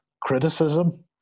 criticism